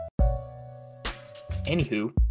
Anywho